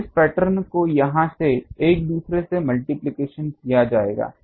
तो इस पैटर्न को यहां एक दूसरे से मल्टिप्लिकेशन किया जाएगा